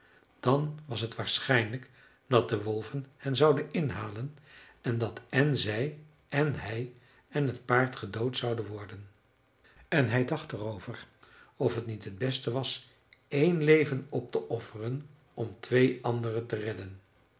dan was t waarschijnlijk dat de wolven hen zouden inhalen en dat én zij én hij én het paard gedood zouden worden en hij dacht er over of t niet het beste was één leven op te offeren om twee anderen te redden